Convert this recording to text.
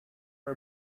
for